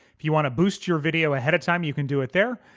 if you want to boost your video ahead of time you can do it there,